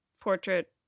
portrait